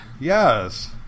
Yes